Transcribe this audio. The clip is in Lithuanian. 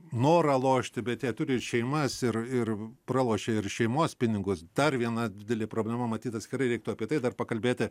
norą lošti bet jie turi ir šeimas ir ir pralošė ir šeimos pinigus dar viena didelė problema matyt atskirai reiktų apie tai dar pakalbėti